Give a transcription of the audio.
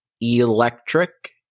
Electric